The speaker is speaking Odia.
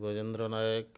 ଗଜେନ୍ଦ୍ର ନାୟକ